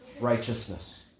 righteousness